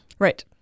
Right